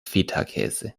fetakäse